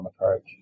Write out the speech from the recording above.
approach